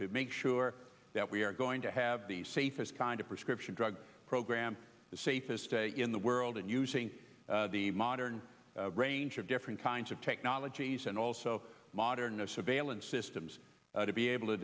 to make sure that we are going to have the safest kind of prescription drug program the safest day in the world and using the modern range of different kinds of technologies and also modern of surveillance systems to be able to